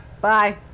bye